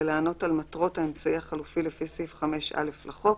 לענות על מטרות האמצעי החלופי לפי סעיף 5(א) לחוק,